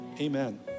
amen